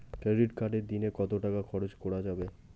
Credit কার্ডে দিনে কত টাকা খরচ করা যাবে?